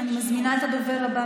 אני מזמינה את הדובר הבא,